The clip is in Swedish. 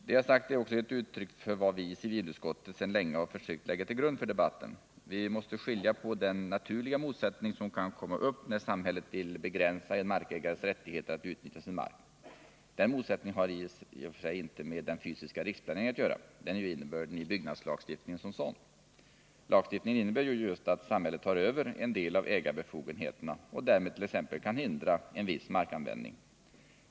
Det jag sagt är också ett uttryck för vad vi i civilutskottet sedan länge försökt lägga till grund för debatten. Vi måste skilja ut den naturliga motsättning som kan komma upp när samhället vill begränsa en markägares rättigheter att utnyttja sin mark. Den motsättningen har i sig inte med den fysiska riksplaneringen att göra — den är innebörden i byggnadslagstiftningen som sådan. Lagstiftningen innebär ju just att samhället tar över en del av ägarbefogenheterna och därmed t.ex. kan hindra en viss markanvändning.